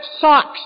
socks